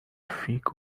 fica